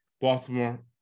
Baltimore